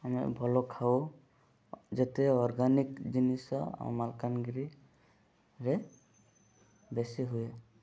ଆମେ ଭଲ ଖାଉ ଯେତେ ଅର୍ଗାନିକ୍ ଜିନିଷ ଆମ ମାଲକାନଗିରିରେ ବେଶୀ ହୁଏ